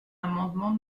l’amendement